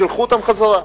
שלחו אותם חזרה.